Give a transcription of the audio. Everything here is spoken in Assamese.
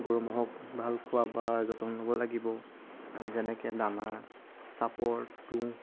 গৰু ম'হক ভাল খোৱা বোৱাৰ যতন ল'ব লাগিব আমি যেনেকৈ দানা চাপৰ তুঁহ